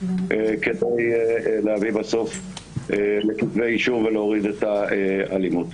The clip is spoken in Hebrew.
כדי להביא בסוף לכתבי אישום ולהוריד את האלימות.